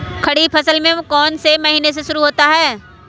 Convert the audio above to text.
खरीफ फसल कौन में से महीने से शुरू होता है?